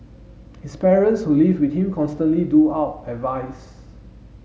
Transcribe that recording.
his parents who live with him constantly doled out advice